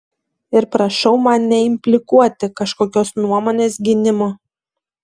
ir prašau man neimplikuoti kažkokios nuomonės gynimo